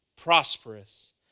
prosperous